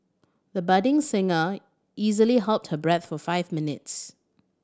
the budding singer easily held her breath for five minutes